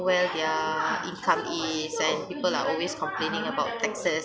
well their income is and people are always complaining about taxes